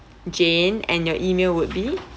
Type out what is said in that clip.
jane and your email would be